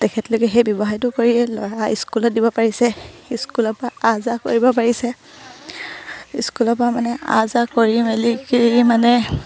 তেখেতলোকে সেই ব্যৱসায়টো কৰিয়ে ল'ৰা স্কুলত দিব পাৰিছে স্কুলৰপৰা আহ যাহ কৰিব পাৰিছে স্কুলৰপৰা মানে আহ যাহ কৰি মেলি মানে